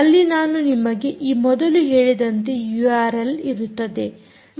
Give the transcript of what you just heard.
ಅಲ್ಲಿ ನಾನು ನಿಮಗೆ ಈ ಮೊದಲು ಹೇಳಿದಂತೆ ಯೂಆರ್ಎಲ್ ಇರುತ್ತದೆ